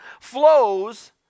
flows